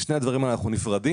משני הדברים אנחנו נפרדים,